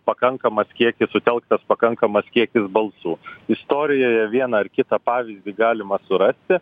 pakankamas kiekis sutelktas pakankamas kiekis balsų istorijoje vieną ar kitą pavyzdį galima surasti